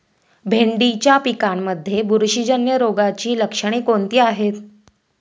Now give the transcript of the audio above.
भेंडीच्या पिकांमध्ये बुरशीजन्य रोगाची लक्षणे कोणती आहेत?